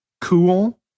cool